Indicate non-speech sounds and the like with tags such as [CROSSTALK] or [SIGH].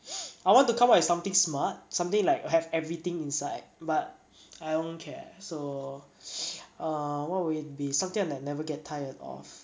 [NOISE] I want to come up with something smart something will like have everything inside but I won't care so [NOISE] um what would it be something that I would never get tired of